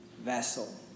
vessel